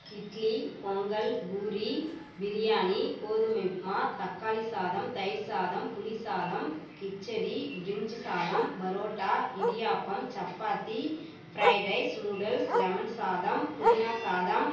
இட்லி பொங்கல் பூரி பிரியாணி கோதுமை உப்புமா தக்காளி சாதம் தயிர் சாதம் புளி சாதம் கிச்சடி பிரிஞ்சி சாதம் parotta idiyappam chapati fried rice noodles lemon சாதம் புதினா சாதம்